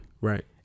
Right